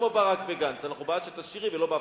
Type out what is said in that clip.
ואל תדבר עלי.